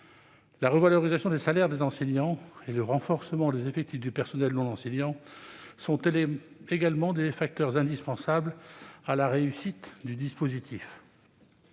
La revalorisation des salaires des enseignants et le renforcement des effectifs du personnel non enseignant sont également des facteurs indispensables au succès du dispositif.